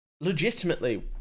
legitimately